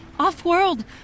Off-world